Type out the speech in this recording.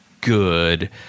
good